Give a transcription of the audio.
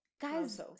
Guys